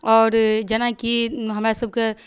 आओर जेनाकि हमरा सबके